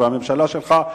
הממשלה שלך,